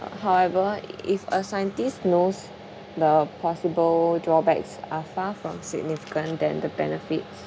however if a scientist knows the possible drawbacks are far from significant than the benefits